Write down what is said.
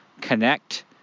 connect